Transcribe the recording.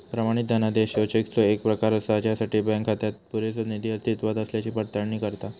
प्रमाणित धनादेश ह्यो चेकचो येक प्रकार असा ज्यासाठी बँक खात्यात पुरेसो निधी अस्तित्वात असल्याची पडताळणी करता